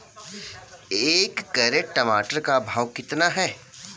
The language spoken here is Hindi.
एक कैरेट टमाटर का भाव कितना है?